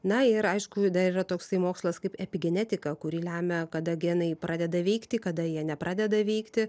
na ir aišku dar yra toksai mokslas kaip epigenetika kuri lemia kada genai pradeda veikti kada jie nepradeda veikti